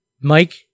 Mike